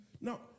No